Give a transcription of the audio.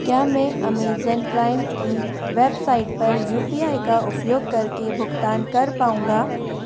क्या मैं Amazon Prime की वेबसाइट पर यू पी आई का उपयोग करके भुगतान कर पाऊँगा